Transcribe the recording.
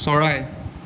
চৰাই